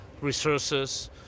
resources